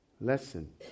lesson